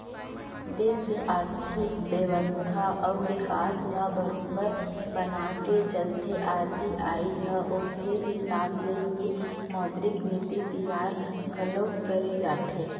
देस के आरथिक बेवस्था अउ बिकास ल बरोबर बनाके चलथे आर.बी.आई ह ओखरे हिसाब ले ही मौद्रिक नीति तियार घलोक करे जाथे